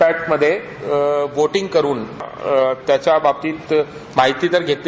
पॅटमध्ये voting करून त्याच्या बाबतीत माहिती घेतली